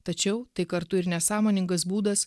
tačiau tai kartu ir nesąmoningas būdas